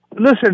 Listen